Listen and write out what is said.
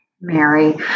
Mary